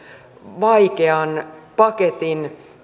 vaikean paketin